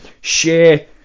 share